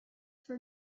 for